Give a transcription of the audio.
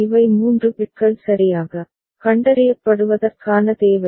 இவை 3 பிட்கள் சரியாக கண்டறியப்படுவதற்கான தேவை